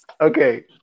Okay